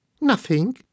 Nothing